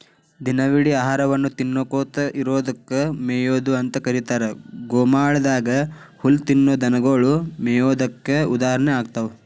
ಇಡಿದಿನ ಆಹಾರವನ್ನ ತಿನ್ನಕೋತ ಇರೋದಕ್ಕ ಮೇಯೊದು ಅಂತ ಕರೇತಾರ, ಗೋಮಾಳದಾಗ ಹುಲ್ಲ ತಿನ್ನೋ ದನಗೊಳು ಮೇಯೋದಕ್ಕ ಉದಾಹರಣೆ ಆಗ್ತಾವ